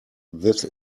this